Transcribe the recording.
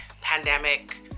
pandemic